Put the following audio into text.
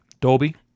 Dolby